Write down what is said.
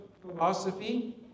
philosophy